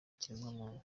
ikiremwamuntu